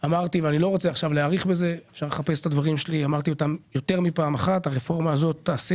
אמרתי יותר מפעם אחת - הרפורמה הזאת תעשה